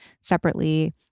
separately